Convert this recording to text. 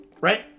Right